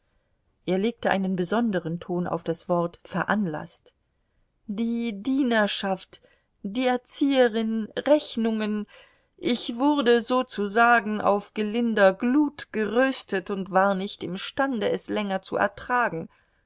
er legte einen besonderen ton auf das wort veranlaßt die dienerschaft die erzieherin rechnungen ich wurde sozusagen auf gelinder glut geröstet und war nicht imstande es länger zu ertragen